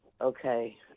okay